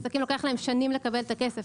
ולעסקים לוקח שנים לקבל את הכסף.